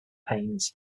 pains